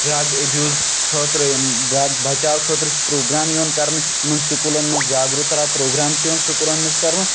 drug abuse خٲطرٕ یِم drug بَچاو خٲطرٕ چھِ پرٛوگرام یِوان کَرنہٕ یِمَن سکوٗلَن منٛز جاگروترٛا پرٛوگرام چھِ یِوان سکوٗلَن منٛز کَرنہٕ